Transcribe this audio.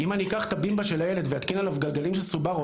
אם אני אקח את הבימבה של הילד ואתקין עליו גלגלים של סוברו,